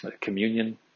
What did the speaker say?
communion